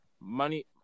money